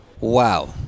wow